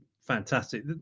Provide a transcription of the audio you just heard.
fantastic